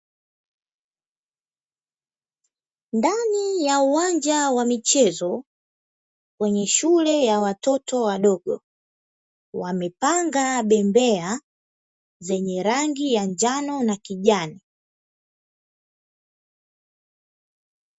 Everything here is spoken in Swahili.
Ndani ya uwanja mdogo kwenye shule ya watoto wadogo, wamepamba bembea zenye rangi ya njano na kijani.